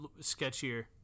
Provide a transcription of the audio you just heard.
sketchier